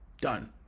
Done